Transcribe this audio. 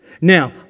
Now